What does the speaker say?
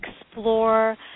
explore